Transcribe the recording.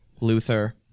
Luther